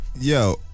Yo